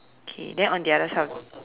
okay then on the other side of